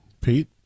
Pete